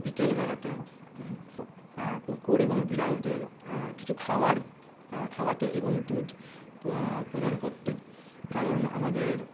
বিকেলবেলাতে কুকুর এবং বিড়ালদের কিছু খাওয়ার খাওয়াতে এবং দুধ প্রদান করতে কারণ আমাদের